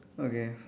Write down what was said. okay